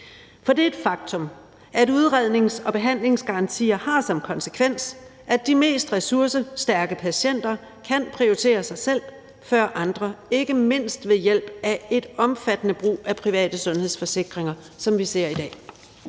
For det er et faktum, at udrednings- og behandlingsgarantier har som konsekvens, at de mest ressourcestærke patienter kan prioritere sig selv før andre, ikke mindst ved hjælp af en omfattende brug af private sundhedsforsikringer, som vi ser i dag.